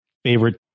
Favorite